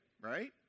Right